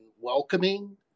welcoming